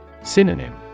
Synonym